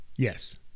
Yes